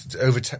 over